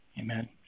Amen